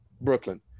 Brooklyn